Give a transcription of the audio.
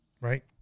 right